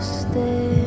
stay